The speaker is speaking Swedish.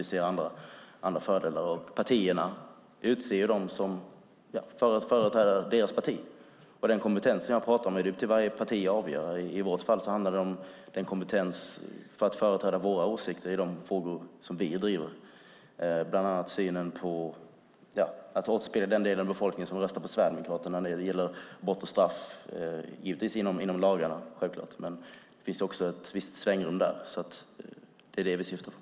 Vi ser andra fördelar med att partierna utser dem som ska företräda deras parti. Vilken kompetens de har får varje parti avgöra. I vårt fall handlar det om kompetens att företräda våra åsikter i de frågor som vi driver, alltså att återspegla den del av befolkningen som röstar på Sverigedemokraterna i synen på brott och straff. Det ska givetvis ske inom lagarna, men det finns ju ett visst svängrum där. Det är detta vi syftar på.